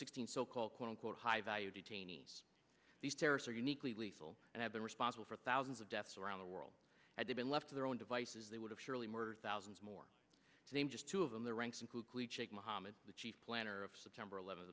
sixteen so called quote unquote high value detainees these terrorists are uniquely lethal and have been responsible for thousands of deaths around the world had they been left to their own devices they would have surely murdered thousands more to name just two of them their ranks include shaikh mohammed the chief planner of september eleventh